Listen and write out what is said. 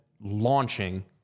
launching